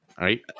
right